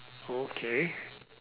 okay